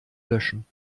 löschen